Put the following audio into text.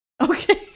Okay